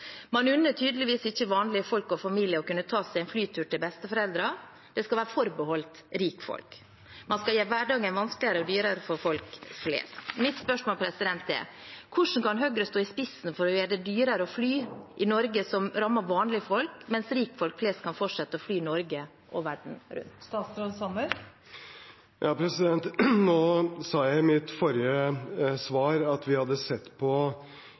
Man unner tydeligvis ikke vanlige folk og familier å kunne ta seg en flytur til besteforeldrene, det skal være forbeholdt rikfolk. Man skal gjøre hverdagen vanskeligere og dyrere for folk flest. Mitt spørsmål er: Hvordan kan Høyre stå i spissen for å gjøre det dyrere å fly i Norge, noe som rammer vanlige folk, mens rikfolk flest kan fortsette å fly Norge og verden rundt? Jeg sa i mitt forrige svar at vi hadde sett på